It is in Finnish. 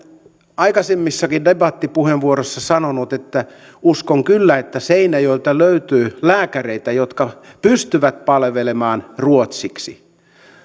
aikaisemmissa debattipuheenvuoroissanikin sanonut että uskon kyllä että seinäjoelta löytyy lääkäreitä jotka pystyvät palvelemaan ruotsiksi